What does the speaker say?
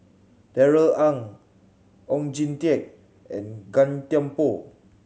Darrell Ang Oon Jin Teik and Gan Thiam Poh